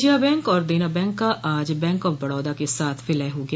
Vijaya bank और Dena bank का आज बैंक ऑफ बड़ौदा के साथ विलय हो गया